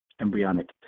embryonic